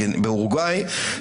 באורוגוואי,